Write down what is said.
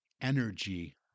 energy